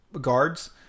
guards